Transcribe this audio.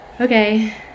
okay